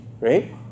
right